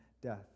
death